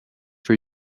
for